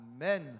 Amen